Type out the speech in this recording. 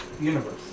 universe